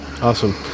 Awesome